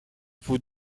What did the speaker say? faut